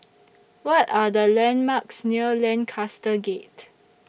What Are The landmarks near Lancaster Gate